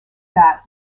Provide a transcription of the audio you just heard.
that